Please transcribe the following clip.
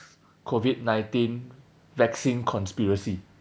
COVID nineteen vaccine conspiracy